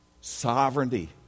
sovereignty